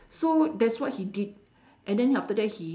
so that's what he did and then after that he